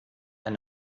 ein